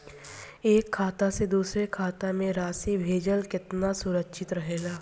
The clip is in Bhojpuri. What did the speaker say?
एक खाता से दूसर खाता में राशि भेजल केतना सुरक्षित रहेला?